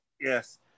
Yes